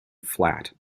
flat